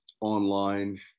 online